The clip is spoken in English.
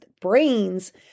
brains